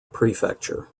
prefecture